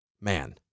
Man